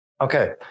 Okay